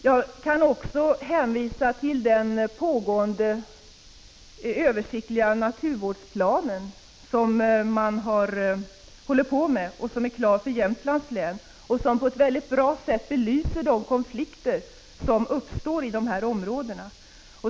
Jag kan också hänvisa till den pågående översiktliga naturvårdsplan som man håller på med. Den är klar för Jämtlands län. Den har på ett mycket klart sätt belyst de konflikter som uppstår i dessa områden.